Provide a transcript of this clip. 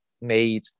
made